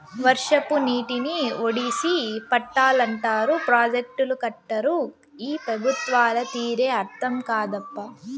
వర్షపు నీటిని ఒడిసి పట్టాలంటారు ప్రాజెక్టులు కట్టరు ఈ పెబుత్వాల తీరే అర్థం కాదప్పా